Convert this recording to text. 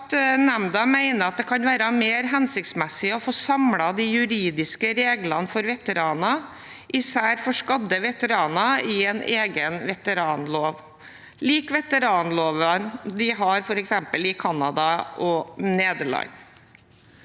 nemnda mener det kan være mer hensiktsmessig å få samlet de juridiske reglene for veteraner, især for skadde veteraner, i en egen veteranlov, lik veteranloven de har i f.eks. Canada og Nederland.